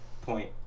point